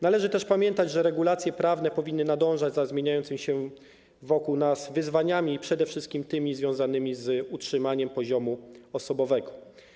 Należy też pamiętać, że regulacje prawne powinny nadążać za zmieniającymi się wokół nas wyzwaniami, przede wszystkim tymi związanymi z utrzymaniem poziomu osobowego.